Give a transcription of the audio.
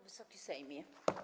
Wysoki Sejmie!